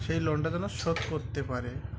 সেই লোনটা যেন শোধ করতে পারে